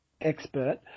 expert